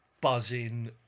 buzzing